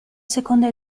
seconda